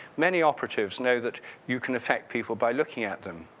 many operatives know that you can affect people by looking at them.